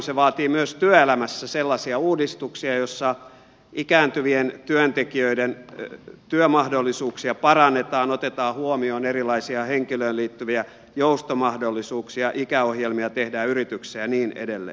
se vaatii myös työelämässä sellaisia uudistuksia joissa ikääntyvien työntekijöiden työmahdollisuuksia parannetaan otetaan huomioon erilaisia henkilöön liittyviä joustomahdollisuuksia ikäohjelmia tehdään yrityksiin ja niin edelleen